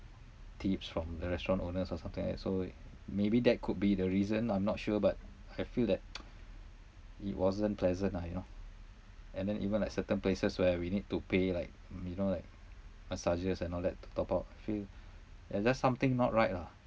tips from the restaurant owners or something like that so maybe that could be the reason I'm not sure but I feel that it wasn't pleasant ah you know and then even like certain places where we need to pay like mm you know like massages and all that to top up the fee uh there's something not right lah